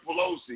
Pelosi